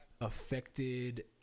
affected